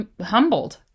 humbled